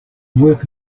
work